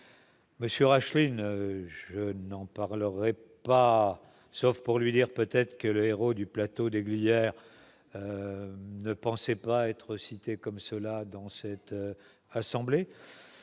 Monsieur racheter une je n'en parlerai pas sauf pour lui dire : peut-être que le héros du plateau des Glières ne pensait pas être cité comme cela dans cette assemblée,